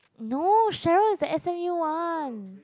no Sharon the S_M_U one